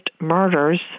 murders